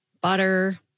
butter